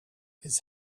his